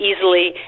easily